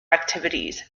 activities